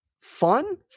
fun